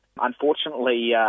Unfortunately